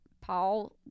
Paul